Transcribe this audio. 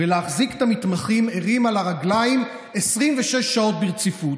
ולהחזיק את המתמחים ערים על הרגליים במשך 26 שעות ברציפות.